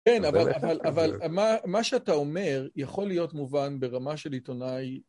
כן, אבל מה שאתה אומר יכול להיות מובן ברמה של עיתונאי..